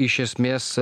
iš esmės